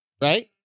right